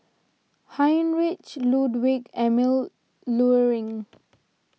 Heinrich Ludwig Emil Luering